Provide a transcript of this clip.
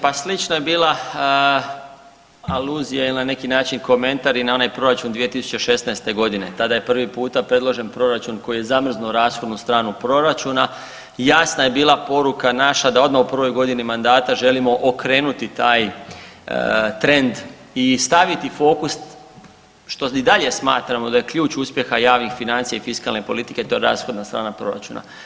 Pa slična je bila aluzija ili na neki način komentar i na onaj proračun 2016.g. tada je prvi puta predložen proračun koji je zamrznuo rashodnu stranu proračuna i jasna je bila poruka naša da odmah u prvoj godini mandata želimo okrenuti taj trend i staviti fokus što i dalje smatramo da je ključ uspjeha javnih financija i fiskalne politike to rashodna strana proračuna.